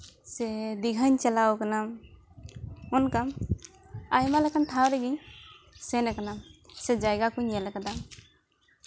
ᱥᱮ ᱫᱤᱜᱷᱟᱧ ᱪᱟᱞᱟᱣ ᱠᱟᱱᱟ ᱚᱱᱠᱟ ᱟᱭᱢᱟ ᱞᱮᱠᱟᱱ ᱴᱷᱟᱶ ᱨᱮᱜᱤᱧ ᱥᱮᱱ ᱠᱟᱱᱟ ᱥᱮ ᱡᱟᱭᱜᱟ ᱠᱚᱧ ᱧᱮᱞ ᱠᱟᱫᱟ